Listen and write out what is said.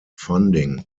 funding